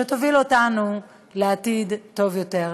שתוביל אותנו לעתיד טוב יותר.